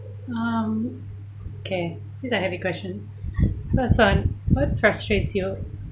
um okay these are heavy questions first one what frustrates you